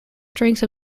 strength